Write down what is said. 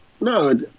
no